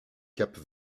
cap